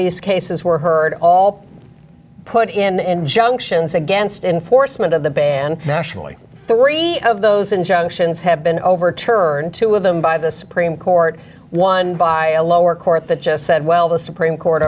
these cases were heard all put in injunctions against enforcement of the ban nationally three of those injunctions have been overturned two of them by the supreme court one by a lower court that just said well the supreme court